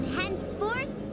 henceforth